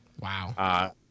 Wow